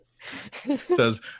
says